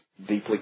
deeply